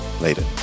Later